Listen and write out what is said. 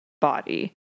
body